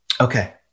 Okay